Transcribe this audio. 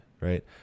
right